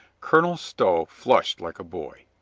colonel stow flushed like a boy.